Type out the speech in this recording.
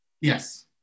Yes